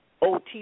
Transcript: OT